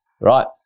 right